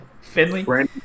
Finley